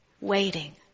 waiting